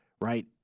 right